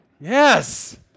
Yes